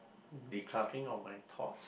decluttering of my thoughts